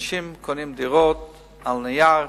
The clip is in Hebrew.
אנשים קונים דירות על נייר,